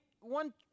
one